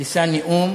יישא נאום